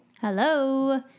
Hello